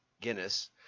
guinness